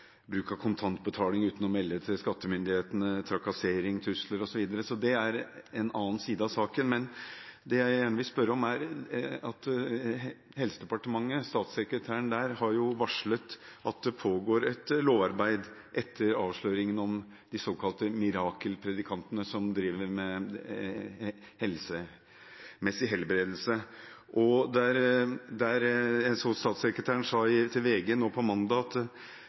bruk av kontant betaling uten å melde til skattemyndighetene, trakassering, trusler osv. Det er en annen side av saken. Men det jeg gjerne vil spørre om, går på at Helsedepartementet, statssekretæren der, har varslet at det pågår et lovarbeid etter avsløringene om de såkalte mirakelpredikantene, som driver med helsemessig helbredelse, og jeg så i VG nå på mandag at statssekretæren sa: